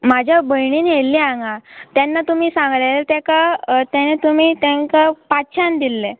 म्हाज्या भयणीन येयल्लीं हांगा तेन्ना तुमी सांगलें तेका तेन्ना तुमी तेंकां पांचश्यान दिल्लें